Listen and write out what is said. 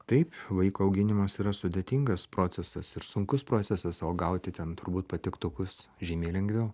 taip vaiko auginimas yra sudėtingas procesas ir sunkus procesas o gauti ten turbūt patiktukus žymiai lengviau